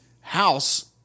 house